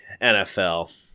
NFL